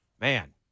man